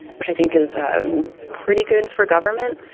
which i think is um pretty good for government.